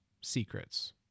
secrets